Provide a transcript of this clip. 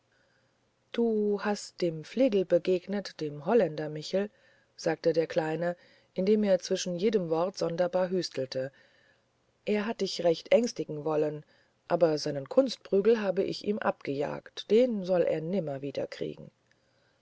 du hast dem flegel begegnet dem holländer michel sagte der kleine indem er zwischen jedem wort sonderbar hüstelte er hat dich recht ängstigen wollen aber seinen kunstprügel habe ich ihm abgejagt den soll er nimmer wiederkriegen